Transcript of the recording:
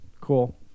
Cool